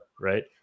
right